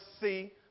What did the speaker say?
see